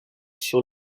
sur